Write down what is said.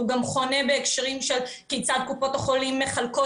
הוא גם חונה בהקשרים של כיצד קופות החולים מחלקות